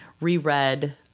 reread